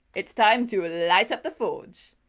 it's time to light up the forge!